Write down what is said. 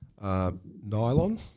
nylon